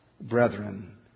brethren